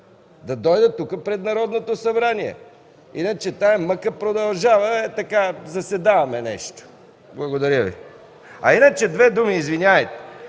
Да дойдат тук пред Народното събрание, иначе тази мъка продължава – заседаваме нещо. Благодаря. А иначе, още две думи, извинявайте.